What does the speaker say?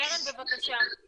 אני